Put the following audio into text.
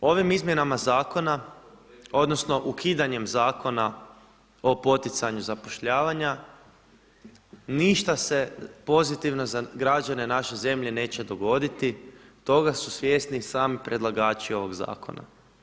Ovim izmjenama zakona odnosno ukidanjem Zakona o poticanju zapošljavanja ništa se pozitivno za građane naše zemlje neće dogoditi toga su svjesni i sami predlagači ovog zakona.